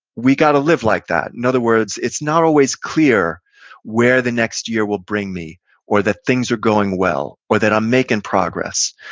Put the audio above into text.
we got to live like that. in other words, it's not always clear where the next year will bring me or that things are going well or that i'm making progress.